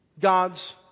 God's